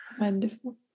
wonderful